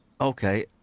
Okay